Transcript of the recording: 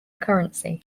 currency